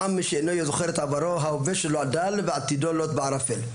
עם שאינו זוכר את עברו ההווה שלו דל ועתידו לוט בערפל.